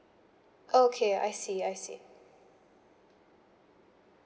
okay I see I see